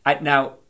Now